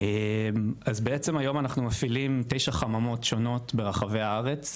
אז בעצם היום אנחנו מפעילים 9 חממות ברחבי הארץ,